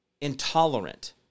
intolerant